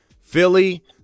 Philly